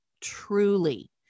truly